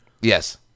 Yes